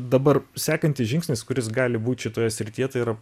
dabar sekantis žingsnis kuris gali būt šitoje srityje tai yra